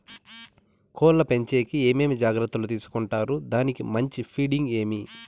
కోళ్ల పెంచేకి ఏమేమి జాగ్రత్తలు తీసుకొంటారు? దానికి మంచి ఫీడింగ్ ఏమి?